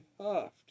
huffed